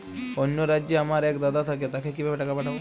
অন্য রাজ্যে আমার এক দাদা থাকে তাকে কিভাবে টাকা পাঠাবো?